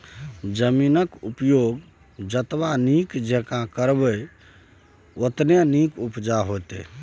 जमीनक उपयोग जतबा नीक जेंका करबै ओतने नीक उपजा होएत